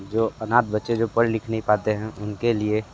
जो अनाथ बच्चे जो पढ़ लिख नहीं पाते हैं उनके लिए